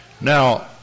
Now